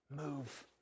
move